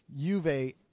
Juve